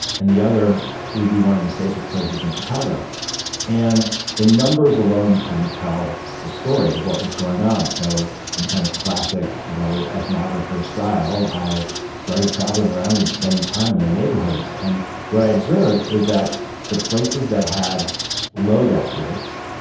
and the other would be one of the safest places in chicago and the numbers alone couldn't tell the story of what was going on, so in kind of classic you know ethnographers style, i started traveling around and spend time in the neighborhoods. and what i observed is that the places that had low death rates,